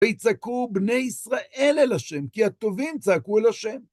ויצעקו בני ישראל אל השם, כי הטובים צעקו אל השם.